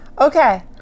Okay